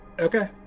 Okay